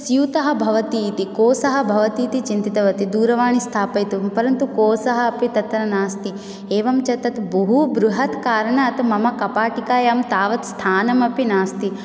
स्यूतः भवति इति कोसः भवति इति चिन्तितवती दूरवाणीस्थापयितुं परन्तु कोसः अपि तत्र नास्ति एवञ्च तत् बहु बृहत् कारणात् मम कपाटिकायां तावत् स्थानम् अपि नास्ति